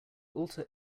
alter